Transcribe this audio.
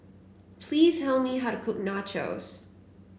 please tell me how to cook nachos